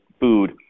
food